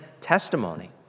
testimony